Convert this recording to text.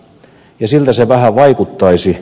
ja siltä se vähän vaikuttaisi